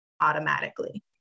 automatically